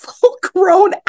full-grown